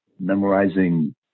memorizing